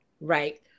right